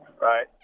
Right